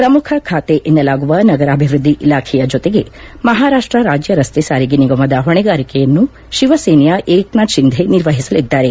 ಪ್ರಮುಖ ಖಾತೆ ಎನ್ನಲಾಗುವ ನಗರಾಭಿವೃಧ್ಲಿ ಇಲಾಖೆಯನ್ನು ಜೊತೆಗೆ ಮಹಾರಾಷ್ಟ ರಾಜ್ಯ ರಸ್ತೆ ಸಾರಿಗೆ ನಿಗಮದ ಹೊಣೆಗಾರಿಕೆಯನ್ನು ಶಿವಸೇನೆಯ ಏಕನಾಥ್ ಶಿಂಧೆ ನಿರ್ವಹಿಸಲಿದ್ದಾರೆ